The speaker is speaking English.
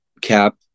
cap